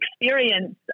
experience